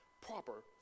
proper